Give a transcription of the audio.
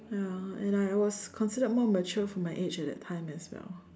ya and I was considered more matured for my age at that time as well